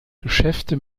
geschäfte